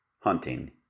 hunting